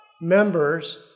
members